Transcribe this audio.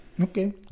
okay